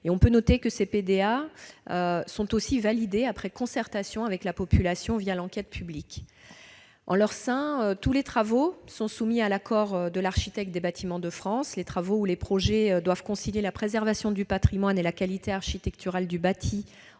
Notons que ces périmètres sont aussi validés après concertation avec la population, l'enquête publique. En leur sein, tous les travaux sont soumis à l'accord de l'architecte des Bâtiments de France. Les projets doivent concilier la préservation du patrimoine et la qualité architecturale du bâti,